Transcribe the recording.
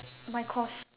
my course